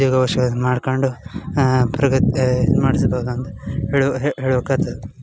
ಉದ್ಯೋಗ ಅವಶ್ಕ ಮಾಡಿಕೊಂಡು ಪ್ರಗ ಅದು ಹೇಳು ಹೇಳೋಕಾತ್ತೆ